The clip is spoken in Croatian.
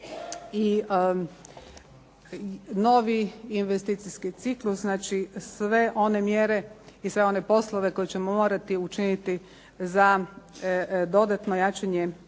novi investicijski ciklus, znači sve one mjere i poslove koje ćemo morati učiniti za dodatno jačanje